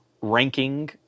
ranking